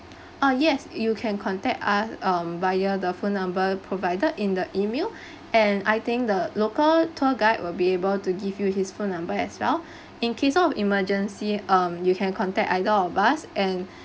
ah yes you can contact us um via the phone number provided in the email and I think the local tour guide will be able to give you his phone number as well in case of emergency um you can contact either of us and